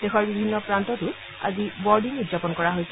দেশৰ বিভিন্ন প্ৰান্ততো আজি বৰদিন উদযাপন কৰা হৈছে